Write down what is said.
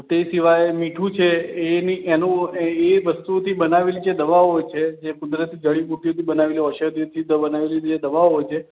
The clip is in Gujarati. તે સિવાય મીઠું છે એની એનું એ વસ્તુથી બનાવેલી જે દવાઓ છે જે કુદરતી જડીબુટ્ટીથી બનાવેલી ઔષધિથી બનાવેલી જે દવાઓ છે